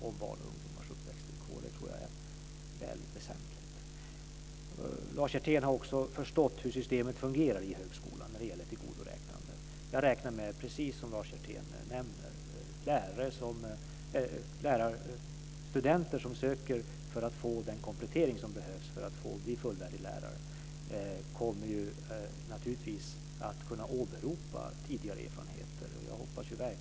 Det tror jag är väldigt väsentligt. Lars Hjertén har också förstått hur systemet fungerar i högskolan när det gäller tillgodoräknande. Jag räknar med, precis som Lars Hjertén säger, att lärarstudenter som ansöker om den komplettering som behövs för att bli fullvärdig lärare kommer att kunna åberopa tidigare erfarenheter.